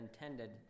intended